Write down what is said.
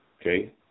Okay